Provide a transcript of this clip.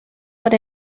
what